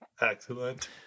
Excellent